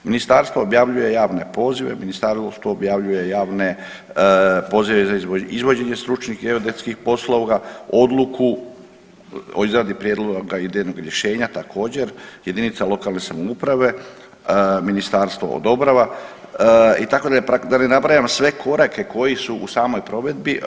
Ministarstvo objavljuje javne pozive, ministarstvo objavljuje javne pozive za izvođenje stručnih geodetskih poslova, odluku o izradi prijedloga … rješenja također jedinica lokalne samouprave, ministarstvo odobrava itd., da ne nabrajam sve korake koji su u samoj provedbi.